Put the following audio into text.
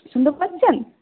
শুনতে পারছেন